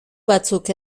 batzuk